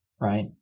right